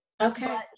Okay